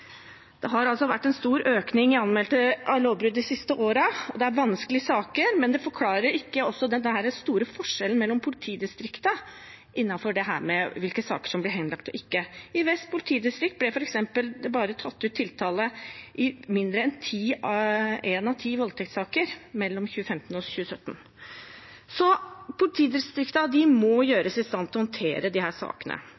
Det har altså vært en stor økning i anmeldte lovbrudd de siste årene, og det er vanskelige saker, men det forklarer ikke denne store forskjellen mellom politidistriktene når det gjelder hvilke saker som blir henlagt og ikke. I Vest politidistrikt ble det f.eks. bare tatt ut tiltale i mindre enn én av ti voldtektssaker mellom 2015 og 2017. Politidistriktene må